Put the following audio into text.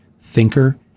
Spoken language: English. thinker